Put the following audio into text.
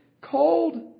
cold